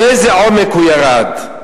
לאיזה עומק הוא ירד?